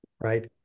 Right